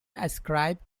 ascribed